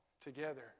together